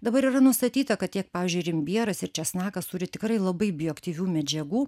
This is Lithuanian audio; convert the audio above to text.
dabar yra nustatyta kad tiek pavyzdžiui ir imbieras ir česnakas turi tikrai labai bioaktyvių medžiagų